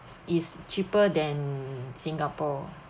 is cheaper than singapore